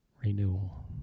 renewal